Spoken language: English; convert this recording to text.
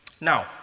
Now